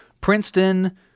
Princeton